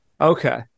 Okay